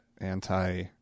anti-